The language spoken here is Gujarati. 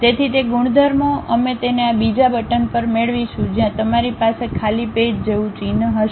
તેથી તે ગુણધર્મો અમે તેને આ બીજા બટન પર મેળવીશું જ્યાં તમારી પાસે ખાલી પેજ જેવું ચિહ્ન હશે